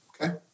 Okay